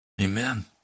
Amen